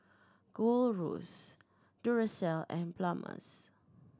Gold Roast Duracell and Palmer's